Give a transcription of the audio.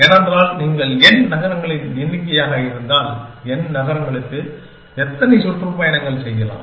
ஏனென்றால் நீங்கள் n நகரங்களின் எண்ணிக்கையாக இருந்தால் n நகரங்களுக்கு எத்தனை சுற்றுப்பயணங்கள் செய்யலாம்